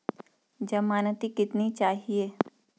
ज़मानती कितने चाहिये?